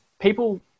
people